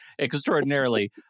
extraordinarily